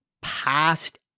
past